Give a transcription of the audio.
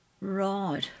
Right